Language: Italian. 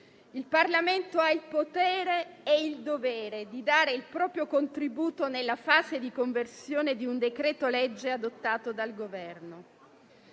Il Parlamento ha il potere e il dovere di dare il proprio contributo nella fase di conversione di un decreto-legge adottato dal Governo.